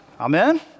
Amen